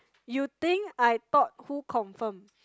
you think I thought who confirm